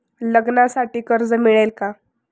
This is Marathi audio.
लग्नासाठी कर्ज मिळेल का?